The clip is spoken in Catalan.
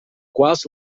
quals